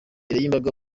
y’imbaga